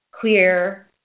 clear